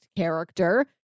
character